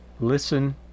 listen